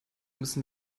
müssen